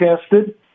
tested